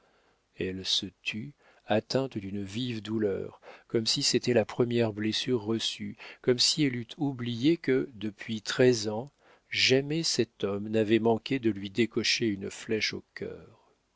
elle se tut atteinte d'une vive douleur comme si c'était la première blessure reçue comme si elle eût oublié que depuis treize ans jamais cet homme n'avait manqué de lui décocher une flèche au cœur